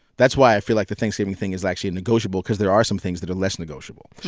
that's why i feel like the thanksgiving thing is actually negotiable cause there are some things that are less negotiable.